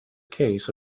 case